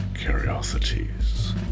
Curiosities